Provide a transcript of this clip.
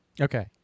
Okay